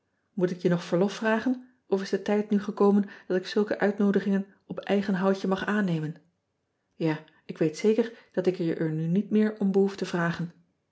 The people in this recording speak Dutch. oet ik je nog verlof vragen of is de tijd nu gekomen dat ik zulke uitnoodigingen op eigen houtje mag aannemen a ik weet zeker dat ik je er nu niet meer om behoef te vragen